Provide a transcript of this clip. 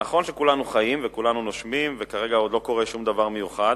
נכון שכולנו חיים וכולנו נושמים וכרגע עוד לא קורה שום דבר מיוחד,